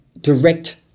direct